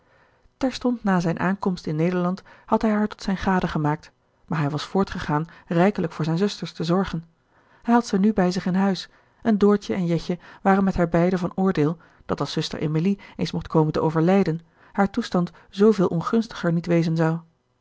terstond na zijne aankomst in nederland had hij haar tot gerard keller het testament van mevrouw de tonnette zijne gade gemaakt maar hij was voortgegaan rijkelijk voor zijne zusters te zorgen hij had ze nu bij zich in huis en doortje en jetje waren met haar beiden van oordeel dat als zuster emilie eens mocht komen te overlijden haar toestand zoo veel ongunstiger niet wezen zou